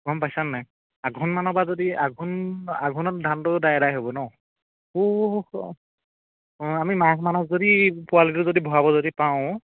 গম পাইছানে নাই আঘোণমানৰপৰা যদি আঘোণ আঘোণত ধানটো ডাই এদাই হ'ব ন পুহ অঁ আমি মাঘমানত যদি পোৱালিটো যদি ভৰাব যদি পাৰোঁ